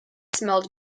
smelled